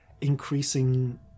increasing